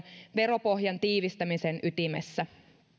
veropohjan tiivistämisen ytimessä